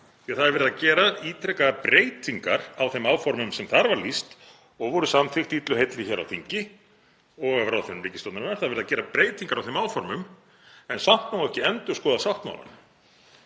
því það er verið að gera ítrekaðar breytingar á þeim áformum sem þar var lýst og voru samþykkt, illu heilli, hér á þingi og af ráðherrum ríkisstjórnarinnar. Það er verið að gera breytingar á þeim áformum en samt má ekki endurskoða sáttmálann,